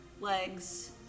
legs